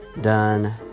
done